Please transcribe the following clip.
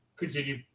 continue